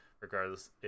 regardless